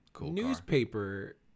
newspaper